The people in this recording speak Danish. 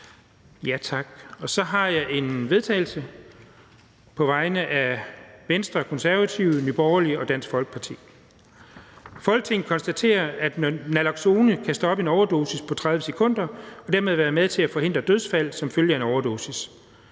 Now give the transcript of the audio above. Så har jeg et forslag til vedtagelse på vegne af Venstre, Konservative, Nye Borgerlige og Dansk Folkeparti: Forslag til vedtagelse: »Folketinget konstaterer, at Naloxone kan stoppe en overdosis på 30 sekunder og dermed kan være med til at forhindre dødsfald som følge af en overdosis.